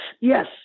yes